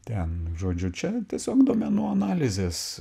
ten žodžiu čia tiesiog duomenų analizės